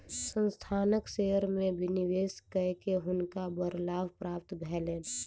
संस्थानक शेयर में निवेश कय के हुनका बड़ लाभ प्राप्त भेलैन